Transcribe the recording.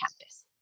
campus